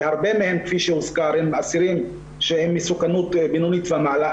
והרבה מהם כפי שהוזכר הם אסירים עם מסוכנות בינונית ומעלה,